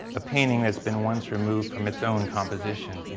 ah painting that's been once removed from its own composition.